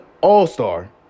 all-star